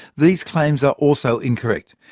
these claims are also incorrect.